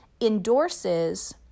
endorses